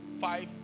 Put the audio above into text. five